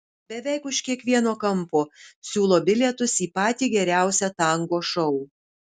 beveik už kiekvieno kampo siūlo bilietus į patį geriausią tango šou